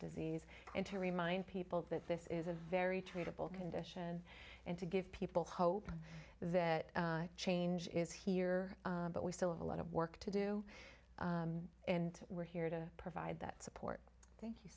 disease and to remind people that this is a very treatable condition and to give people hope that change is here but we still have a lot of work to do and we're here to provide that support